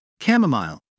chamomile